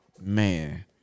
Man